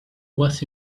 was